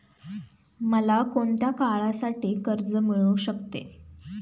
मला कोणत्या काळासाठी कर्ज मिळू शकते?